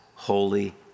Holy